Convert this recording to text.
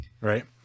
Right